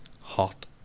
hot